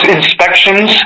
inspections